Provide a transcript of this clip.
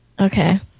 Okay